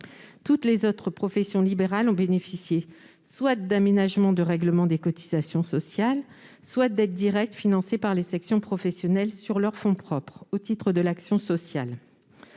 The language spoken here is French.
Toutes les autres professions libérales ont bénéficié soit d'aménagements du règlement des cotisations sociales, soit d'aides directes financées par les sections professionnelles sur leurs fonds propres au titre de l'action sociale.